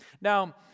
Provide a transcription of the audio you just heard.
Now